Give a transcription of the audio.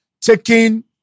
taking